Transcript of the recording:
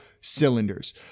cylinders